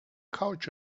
couch